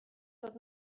dod